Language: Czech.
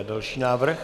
Další návrh.